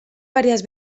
varias